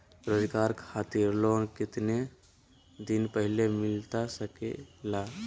रोजगार खातिर लोन कितने दिन पहले मिलता सके ला?